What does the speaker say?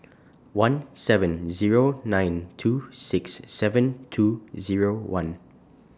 one seven Zero nine two six seven two Zero one